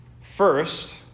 first